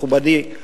מכובדי,